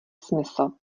smysl